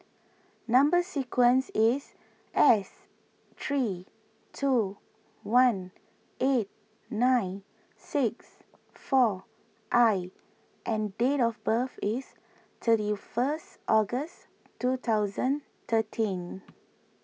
Number Sequence is S three two one eight nine six four I and date of birth is thirty first August twenty thirteen